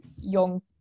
young